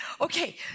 Okay